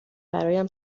برایم